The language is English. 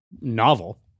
novel